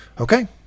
Okay